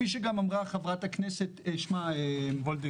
כפי שאמרה חברת הכנסת וולדיגר,